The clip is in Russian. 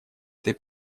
этой